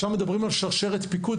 שם מדברים על שרשרת פיקוד,